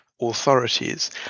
authorities